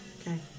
Okay